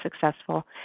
successful